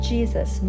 Jesus